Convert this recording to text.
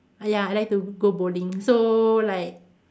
ya I like to go bowling so like